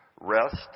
rest